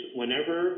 whenever